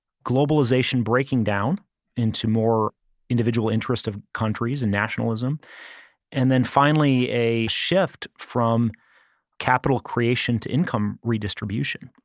globalization breaking down into more individual interest of countries and nationalism and then finally a shift from capital creation to income redistribution.